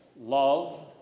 love